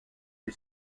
lui